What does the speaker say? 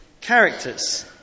characters